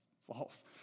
false